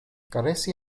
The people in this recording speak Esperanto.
karesi